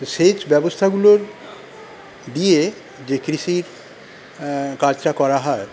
তো সেচ ব্যবস্থাগুলো দিয়ে যে কৃষির কাজটা করা হয়